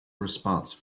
response